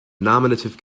nominative